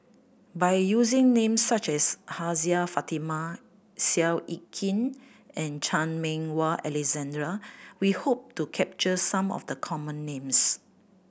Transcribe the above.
by using names such as Hajjah Fatimah Seow Yit Kin and Chan Meng Wah Alexander we hope to capture some of the common names